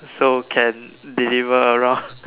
so can deliver around